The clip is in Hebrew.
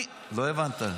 לא הבנת.